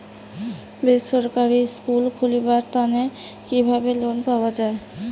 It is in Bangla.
বেসরকারি স্কুল খুলিবার তানে কিভাবে লোন পাওয়া যায়?